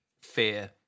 Fear